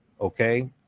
Okay